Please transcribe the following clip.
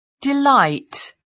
delight